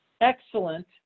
excellent